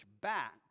back